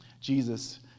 Jesus